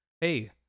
hey